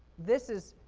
this is,